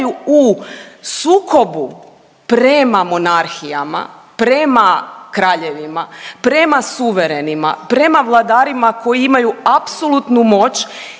u sukobu prema monarhijama, prema kraljevima, prema suverenima, prema vladarima koji imaju apsolutno moć